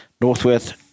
Northwest